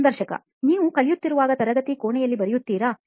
ಸಂದರ್ಶಕ ನೀವು ಕಲಿಯುತ್ತಿರುವಾಗ ತರಗತಿ ಕೋಣೆಗಳಲ್ಲಿ ಬರೆದಿದ್ದೀರಾ